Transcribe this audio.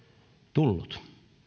tullut